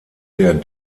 der